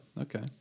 okay